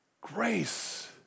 grace